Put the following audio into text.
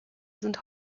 sind